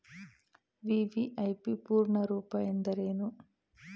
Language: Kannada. ವಿ.ವಿ.ಐ.ಪಿ ಪೂರ್ಣ ರೂಪ ಎಂದರೇನು?